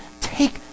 take